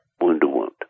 wound-to-wound